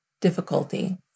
difficulty